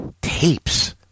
tapes